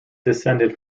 descended